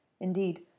Indeed